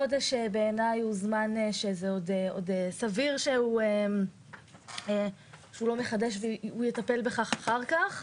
חודש בעיניי זה זמן סביר שהוא לא מחדש את הרישיון והוא יטפל בזה אחר כך.